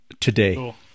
today